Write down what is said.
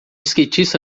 skatista